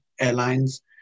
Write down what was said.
Airlines